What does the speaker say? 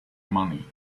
money